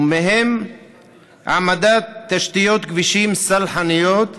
ובהם העמדת תשתיות כבישים סלחניות,